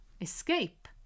escape